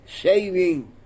saving